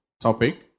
topic